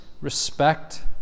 respect